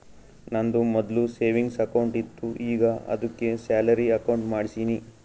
ನಂದು ಮೊದ್ಲು savings account ಇತ್ತು ಈಗ ಆದ್ದುಕೆ ಸ್ಯಾಲರಿ ಅಕೌಂಟ್ ಮಾಡ್ಸಿನಿ